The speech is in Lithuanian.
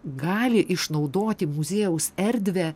gali išnaudoti muziejaus erdvę